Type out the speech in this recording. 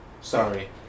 Sorry